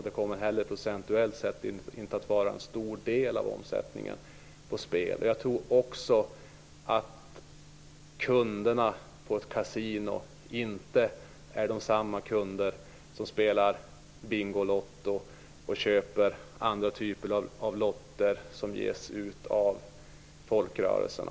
Det kommer heller inte procentuellt sett att vara en stor del av omsättningen på spel. Jag tror inte heller att de kunder som spelar på ett kasino är desamma som spelar Bingolotto och köper andra typer av lotter som ges ut av folkrörelserna.